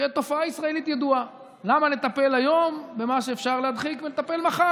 זו תופעה ישראלית ידועה: למה לטפל היום במה שאפשר להדחיק ולטפל מחר?